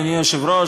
אדוני היושב-ראש,